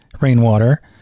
rainwater